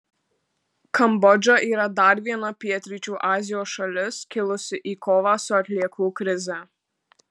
kambodža yra dar viena pietryčių azijos šalis kilusi į kovą su atliekų krize